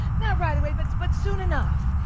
not right away but so but soon enough.